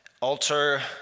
alter